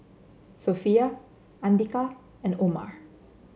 Sofea Andika and Omar